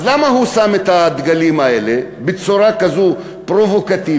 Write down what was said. אז למה הוא שם את הדגלים האלה בצורה כזאת פרובוקטיבית?